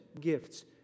gifts